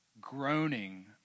groaning